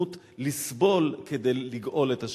ונכונות לסבול כדי לגאול את השני.